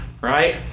right